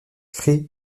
créée